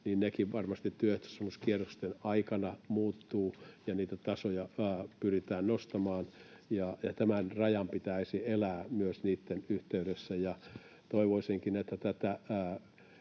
niin nekin varmasti työehtosopimuskierrosten aikana muuttuvat ja niitä tasoja pyritään nostamaan, ja tämän rajan pitäisi elää myös niitten yhteydessä. Toivoisinkin, että jos